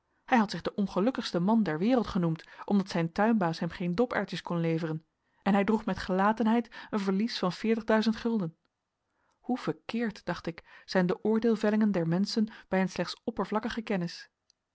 hij had zich den ongelukkigsten man der wereld genoemd omdat zijn tuinbaas hem geen doperwtjes kon leveren en hij droeg met gelatenheid een verlies van veertig duizend gulden hoe verkeerd dacht ik zijn de oordeelvellingen der menschen bij een slechts oppervlakkige kennis